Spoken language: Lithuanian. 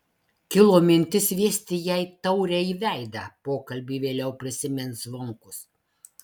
kilo mintis sviesti jai taurę į veidą pokalbį vėliau prisimins zvonkus